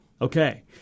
Okay